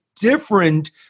different